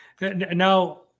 Now